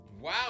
Wow